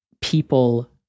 people